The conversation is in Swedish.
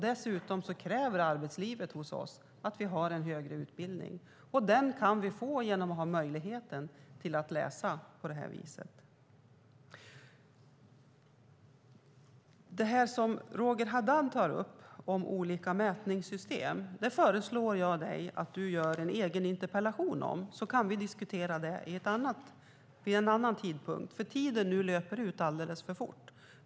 Dessutom kräver arbetslivet hos oss att vi har en högre utbildning. Den kan vi få genom att ha möjlighet att läsa på det här viset. Jag föreslår Roger Haddad att han skriver en egen interpellation om det som han tar upp om olika mätningssystem. Då kan vi diskutera det vid en annan tidpunkt, för tiden löper ut alldeles för fort nu.